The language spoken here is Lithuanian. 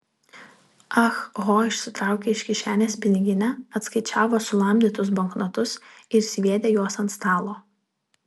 ah ho išsitraukė iš kišenės piniginę atskaičiavo sulamdytus banknotus ir sviedė juos ant stalo